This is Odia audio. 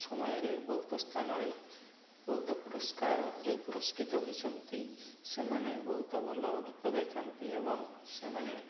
ସମୟରେ ବହୁତ ସ୍ଥାନରେ ବହୁତ ପୁରସ୍କାରରେ ପୁରସ୍କୃତ ହୋଇଛନ୍ତି ସେମାନେ ବହୁତ ଭଲ ଗୀତ ଗାଇଥାନ୍ତି ଏବଂ ସେମାନେ